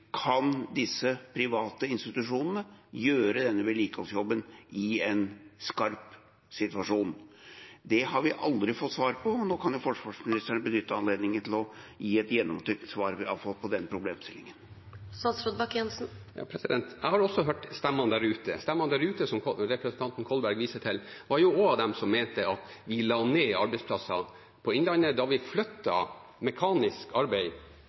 Kan disse private institusjonene gjøre denne vedlikeholdsjobben i en skarp situasjon? Det har vi aldri fått svar på. Nå kan forsvarsministeren benytte anledningen til å gi et gjennomtenkt svar på denne problemstillingen. Jeg har også hørt stemmene der ute. Stemmene der ute, som representanten Kolberg viste til, var også de som mente at vi la ned arbeidsplasser i Innlandet da vi flyttet mekanisk arbeid